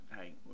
Hey